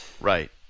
Right